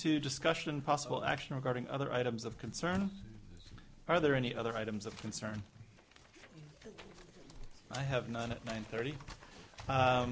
to discussion possible action regarding other items of concern are there any other items of concern i have none of mine thirty